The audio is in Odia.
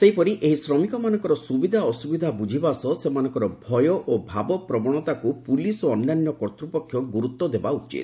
ସେହିପରି ଏହି ଶ୍ରମିକମାନଙ୍କର ସୁବିଧା ଅସୁବିଧା ବୁଝିବା ସହ ସେମାନଙ୍କର ଭୟ ଓ ଭାବପ୍ରବଣତାକୁ ପୁଲିସ ଅନ୍ୟାନ୍ୟ କର୍ତ୍ତୃପକ୍ଷ ଗୁରୁତ୍ୱଦେବା ଉଚିତ